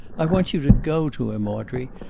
i want you to go to him, audrey.